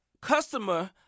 customer